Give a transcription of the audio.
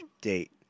date